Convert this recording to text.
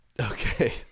Okay